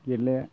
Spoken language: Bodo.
गेले